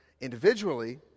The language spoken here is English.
individually